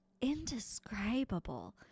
indescribable